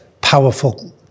powerful